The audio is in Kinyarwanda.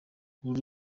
uru